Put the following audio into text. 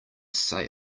say